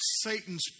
Satan's